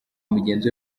mugenzi